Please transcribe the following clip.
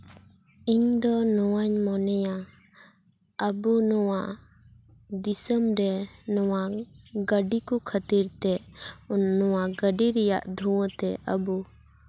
ᱤᱧ ᱫᱚ ᱱᱚᱣᱟᱧ ᱢᱚᱱᱮᱭᱟ ᱟᱵᱚ ᱱᱚᱣᱟ ᱫᱤᱥᱚᱢ ᱨᱮ ᱱᱚᱣᱟ ᱜᱟᱹᱰᱤ ᱠᱚ ᱠᱷᱟᱹᱛᱤᱨ ᱛᱮ ᱱᱚᱣᱟ ᱜᱟᱹᱰᱤ ᱨᱮᱭᱟᱜ ᱫᱷᱩᱣᱟᱹ ᱛᱮ ᱟᱵᱚ